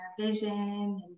vision